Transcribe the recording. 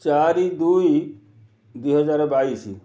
ଚାରି ଦୁଇ ଦୁଇ ହଜାର ବାଇଶ